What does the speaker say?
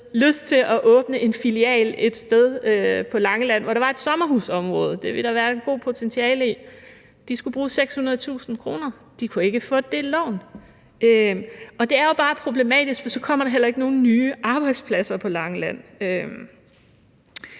lyst til at åbne en filial et sted på Langeland, hvor der var et sommerhusområde. Det ville der være et godt potentiale i. De skulle bruge 600.000 kr., og de kunne ikke få det lån. Det er jo bare problematisk, for så kommer der heller ikke nogen nye arbejdspladser på Langeland.